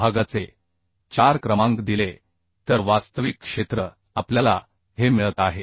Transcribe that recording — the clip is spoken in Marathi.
विभागाचे 4 क्रमांक दिले तर वास्तविक क्षेत्र आपल्याला हे मिळत आहे